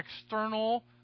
external